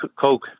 coke